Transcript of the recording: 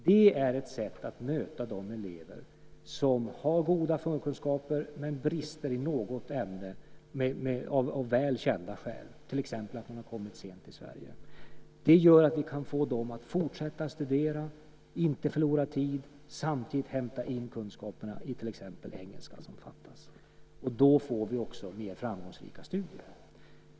Det är ett sätt att möta de elever som har goda förkunskaper men brister i något ämne av väl kända skäl, till exempel att de kommit sent till Sverige. Det gör att vi kan få dem att fortsätta studera, inte förlora tid utan samtidigt hämta in de kunskaper som fattas i till exempel engelska. Då blir det också mer framgångsrika studier.